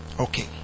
okay